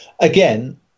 again